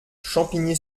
champigny